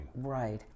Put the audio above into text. Right